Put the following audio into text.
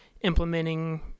implementing